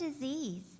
disease